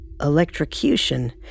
electrocution